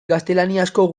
gaztelaniazko